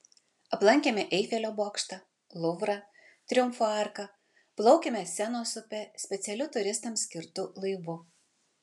aplankėme eifelio bokštą luvrą triumfo arką plaukėme senos upe specialiu turistams skirtu laivu